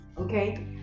okay